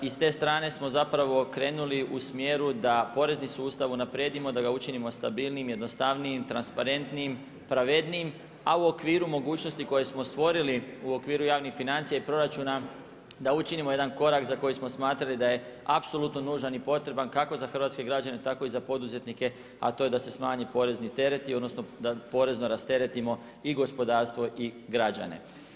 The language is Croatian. I s te strane smo zapravo krenuli u smjeru da porezni sustav unaprijedimo, da ga učinimo stabilnijim jednostavnijim, transparentnijim, pravednijim, a u okviru mogućnosti koje smo stvorili u okviru javnih financija i proračuna, da učinimo jedan korak za koji smo smatrali da je apsolutno nužan i potreban kako za hrvatske građane tako i za poduzetnike, a to je da se smanji porezni tereti, odnosno, da porezno rasteretimo i gospodarstvo i građane.